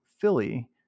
philly